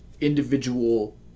individual